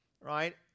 Right